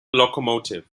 locomotive